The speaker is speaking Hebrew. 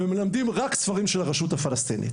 ומלמדים רק בספרי הלימוד של הרשות הפלסטינית.